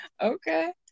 Okay